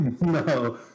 No